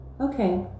Okay